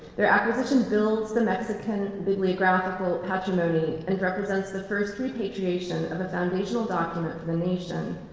their acquisition builds the mexican bibliographical patrimony and represents the first repatriation of a foundational document for the nation,